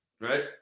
Right